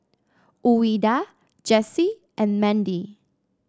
Ouida Jessie and Mandy